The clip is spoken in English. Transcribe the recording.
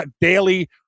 daily